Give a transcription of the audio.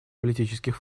политических